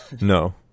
No